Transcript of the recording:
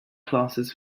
classes